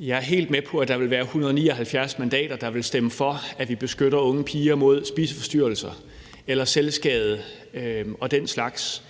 Jeg er helt med på, at der vil være 179 mandater, der vil stemme for, at vi beskytter unge piger mod spiseforstyrrelser eller selvskade og den slags,